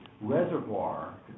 reservoir